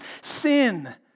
sin